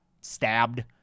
stabbed